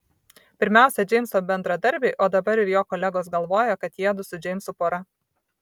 pirmiausia džeimso bendradarbiai o dabar ir jos kolegos galvoja kad jiedu su džeimsu pora